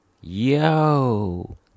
Yo